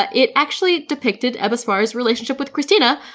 ah it actually depicted ebba sparre's relationship with kristina,